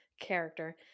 character